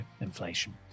Inflation